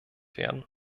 werden